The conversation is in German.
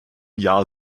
jahr